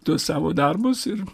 tuos savo darbus ir